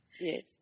Yes